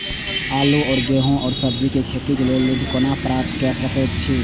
आलू और गेहूं और सब्जी के खेती के लेल ऋण कोना प्राप्त कय सकेत छी?